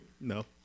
No